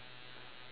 okay